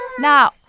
Now